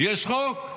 יש חוק?